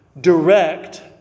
direct